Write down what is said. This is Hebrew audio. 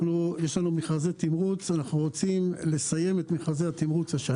יש לנו מכרזי תמרוץ שאנחנו רוצים לסיים השנה.